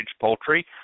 poultry